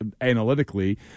analytically